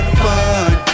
fun